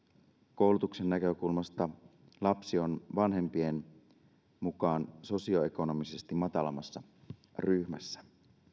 koulutuksen näkökulmasta lapsi on vanhempien mukaan sosioekonomisesti matalammassa ryhmässä